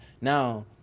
now